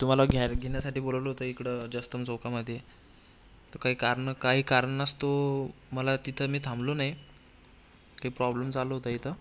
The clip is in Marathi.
तुम्हाला घ्याय घेण्यासाठी बोलावलं होतं इकडं जयस्तंभ चौकामध्ये तर काही कारण काही कारणास्तव मला तिथं मी थांबलो नाही काही प्रॉब्लेम चालू होता इथं